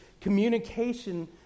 communication